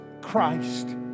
Christ